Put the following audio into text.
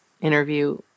interview